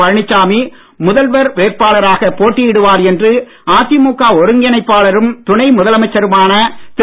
பழனிசாமி முதல்வர் வேட்பாளராக போட்டியிடுவார் என்று அதிமுக ஒருங்கிணைப்பாளரும் துணை முதலமைச்சருமான திரு